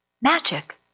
magic